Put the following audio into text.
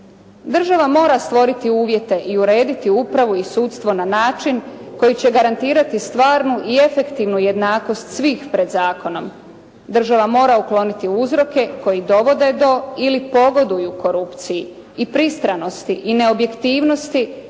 Država mora stvoriti uvjete i urediti upravu i sudstvo na način koji će garantirati stvarnu i efektivnu jednakost svih pred zakonom. Država mora ukloniti uzroke koji dovode do ili pogoduju korupciji i pristranosti, i ne objektivnosti